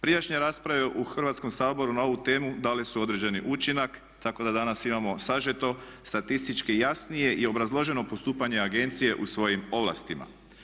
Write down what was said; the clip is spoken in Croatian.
Prijašnje rasprave u Hrvatskom saboru na ovu temu dale su određeni učinak tako da danas imamo sažeto statistički jasnije i obrazloženo postupanje agencije u svojim ovlastima.